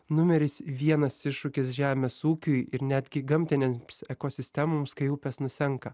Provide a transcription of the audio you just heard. numeris vienas iššūkis žemės ūkiui ir netgi gamtinėms ekosistemoms kai upės nusenka